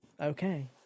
Okay